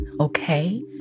okay